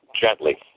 Gently